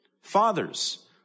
Fathers